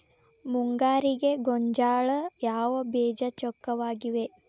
ಮುಂಗಾರಿಗೆ ಗೋಂಜಾಳ ಯಾವ ಬೇಜ ಚೊಕ್ಕವಾಗಿವೆ?